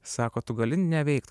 sako tu gali neveikt